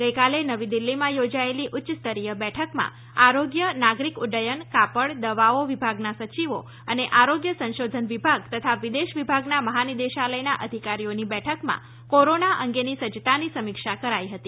ગઈકાલે નવી દિલ્ફીમાં યોજાયેલી ઉચ્ય સ્તરીય બેઠકમાં આરોગ્ય નાગરિક ઉદ્દયન કાપડ દવાઓ વિભાગના સચિવો અને આરોગ્ય સંશોધન વિભાગ તથા વિદેશ વિભાગના મહાનિદેશાલયના અધિકારીઓની બેઠકમાં કોરોના અંગેની સજ્જતાની સમીક્ષા કરાઈ હતી